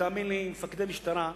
תאמין לי, מפקדי משטרה,